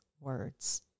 words